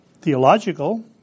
theological